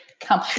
come